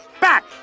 back